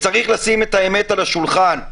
צריך לשים את האמת על השולחן,